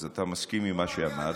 אז אתה מסכים עם מה שאמרתי.